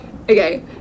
Okay